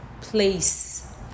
place